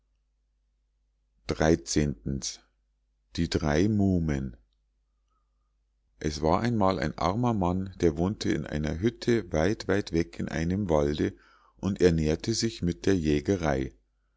die drei muhmen es war einmal ein armer mann der wohnte in einer hütte weit weit weg in einem walde und ernährte sich mit der jägerei